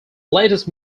latest